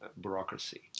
bureaucracy